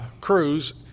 crews